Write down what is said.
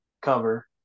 cover